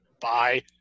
Bye